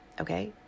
okay